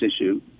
issue